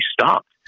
stopped